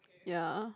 ya